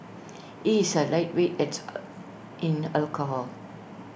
he is A lightweight at in alcohol